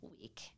week